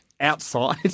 Outside